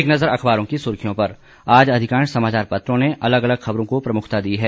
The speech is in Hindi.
एक नज़र अखबारों की सुर्खियों पर आज अधिकांश समाचार पत्रों ने अलग अलग खबरों को प्रमुखता दी है